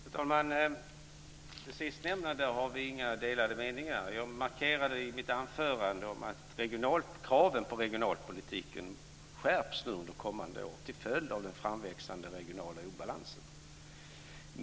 Fru talman! Det sistnämnda har vi inga delade meningar om. Jag markerade i mitt anförande att kraven på regionalpolitiken skärps under kommande år till följd av den framväxande regionala obalansen.